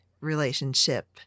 relationship